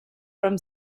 from